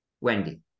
wendy